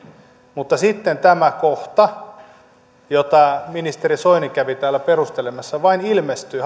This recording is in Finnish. mutta sitten tämä kohta jota ministeri soini kävi täällä perustelemassa vain ilmestyy